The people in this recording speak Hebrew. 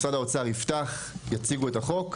משרד האוצר יפתח, יציגו את החוק.